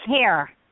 care